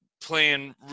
playing